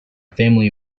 family